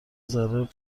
ذره